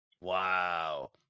Wow